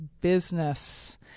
business